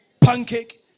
pancake